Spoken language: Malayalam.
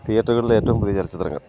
തീയേറ്ററുകളിലെ ഏറ്റവും പുതിയ ചലച്ചിത്രങ്ങള്